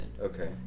Okay